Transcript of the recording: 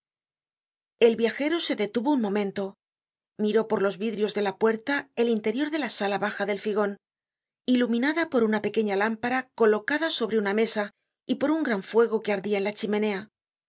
el viajero se detuvo un momento miró por los vidrios de la puerta el interior de la sala baja del figon iluminada por una pequeña lámpara colocada sobre una mesa y por un gran fuego que ardia en la chimenea